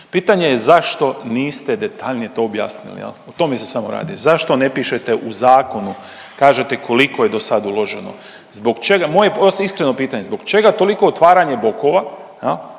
Pitanje je, zašto niste detaljnije to objasnili jel, o tome se samo radi, zašto ne pišete u zakonu, kažete koliko je dosad uloženo. Zbog čega, moje iskreno pitanje, zbog čega toliko otvaranje bokova